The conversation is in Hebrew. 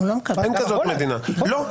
לא.